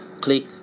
click